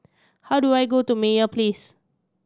how do I go to Meyer Place